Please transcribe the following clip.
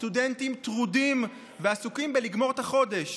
הסטודנטים טרודים ועסוקים בלגמור את החודש.